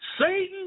Satan